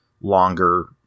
longer